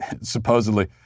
supposedly